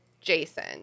Jason